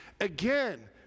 Again